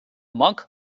monk